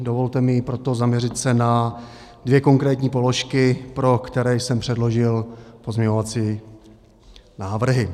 Dovolte mi proto se zaměřit na dvě konkrétní položky, pro které jsem předložil pozměňovací návrhy.